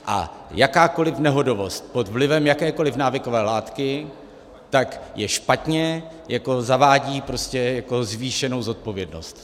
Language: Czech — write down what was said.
A jakákoliv nehodovost pod vlivem jakékoliv návykové látky je špatně, zavádí prostě zvýšenou zodpovědnost.